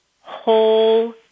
whole